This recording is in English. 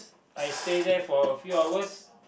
I stay there for a few hours